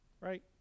Right